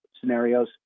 scenarios